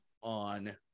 on